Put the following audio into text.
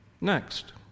next